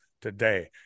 today